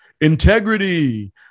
Integrity